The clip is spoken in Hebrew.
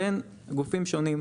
בין גופים שונים.